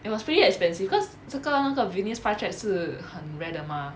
it was pretty expensive cause 这个那个 venus flytrap 是很 rare 的 mah